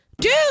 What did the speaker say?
dude